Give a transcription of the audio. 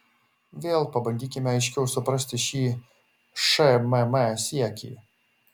vėl pabandykime aiškiau suprasti šį šmm siekį